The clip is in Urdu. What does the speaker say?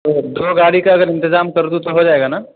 دو گاڑی کا اگر انتظام کر دوں تو ہو جائے گا نا